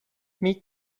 meet